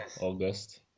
august